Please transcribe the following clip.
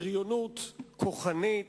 בריונות כוחנית,